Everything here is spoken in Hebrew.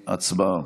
הצבעה.